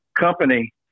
company